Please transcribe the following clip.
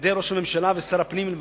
על-ידי ראש הממשלה ושר הפנים לכנסת,